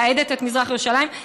שמייהדת את מזרח ירושלים,